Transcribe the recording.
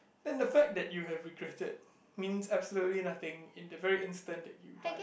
then the fact that you have regretted means absolutely nothing in the very instant that you die